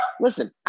listen